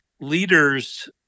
Leaders